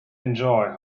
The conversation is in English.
enjoy